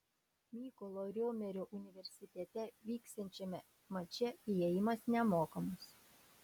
mykolo romerio universitete vyksiančiame mače įėjimas nemokamas